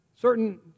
Certain